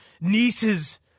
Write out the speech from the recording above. niece's